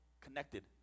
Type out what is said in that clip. connected